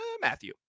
Matthew